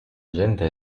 gente